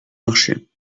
marché